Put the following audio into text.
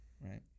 Right